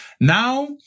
Now